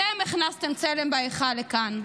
אתם הכנסתם צלם להיכל, לכאן,